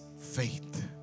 faith